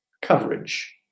coverage